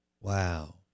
Wow